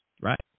right